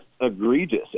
egregious